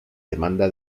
demanda